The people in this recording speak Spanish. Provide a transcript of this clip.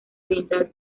oriental